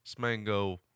Smango